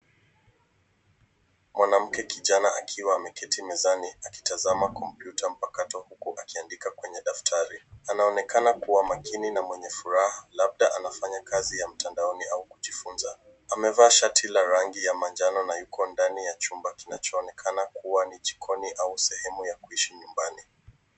Mwanamke kijana akiwa ameketi mezani akitazama kompyuta mpakato huku akiandika kwenye daftari, anaonekana kuwa makini na mwenye furaha labda anafanya kazi ya mtandaoni au kujifunza , amevaa shati la rangi ya manjano na yuko ndani ya chumba kinachoonekana kuwa ni jikoni au sehemu ya kuishi nyumbani.